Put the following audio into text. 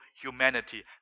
humanity